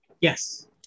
Yes